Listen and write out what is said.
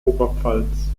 oberpfalz